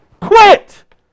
quit